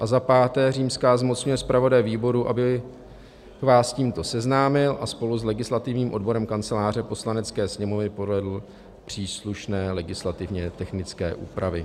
V. zmocňuje zpravodaje výboru, aby vás s tímto seznámil a spolu s legislativním odborem Kanceláře Poslanecké sněmovny provedl příslušné legislativně technické úpravy.